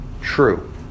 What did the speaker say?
true